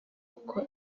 kuko